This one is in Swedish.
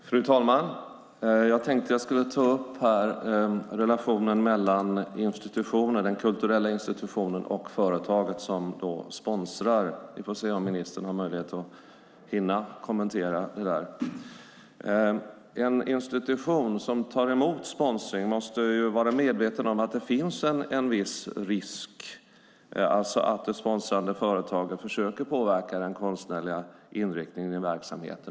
Fru talman! Jag tänkte ta upp relationen mellan den kulturella institutionen och företaget som sponsrar. Vi får se om ministern hinner kommentera det. En institution som tar emot sponsring måste vara medveten om att det finns en viss risk att det sponsrande företaget försöker påverka den konstnärliga inriktningen i verksamheten.